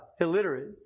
illiterate